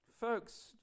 Folks